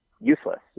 useless